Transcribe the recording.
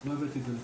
לא הבאתי את זה לפה.